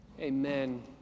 Amen